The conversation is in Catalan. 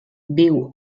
viu